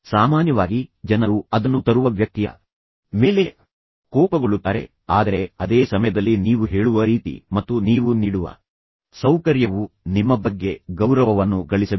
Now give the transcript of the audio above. ಸಾಮಾನ್ಯವಾಗಿ ಜನರು ಅದನ್ನು ತರುವ ವ್ಯಕ್ತಿಯ ಮೇಲೆ ಕೋಪಗೊಳ್ಳುತ್ತಾರೆ ಆದರೆ ಅದೇ ಸಮಯದಲ್ಲಿ ನೀವು ಹೇಳುವ ರೀತಿ ಮತ್ತು ನೀವು ನೀಡುವ ಸೌಕರ್ಯವು ನಿಮ್ಮ ಬಗ್ಗೆ ಗೌರವವನ್ನು ಗಳಿಸಬೇಕು